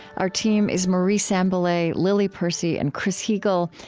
our team is marie sambilay, lily percy, and chris heagle.